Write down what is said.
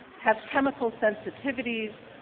have chemical sensitivity ies,